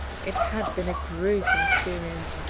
it had been a gruesome experience,